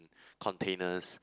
containers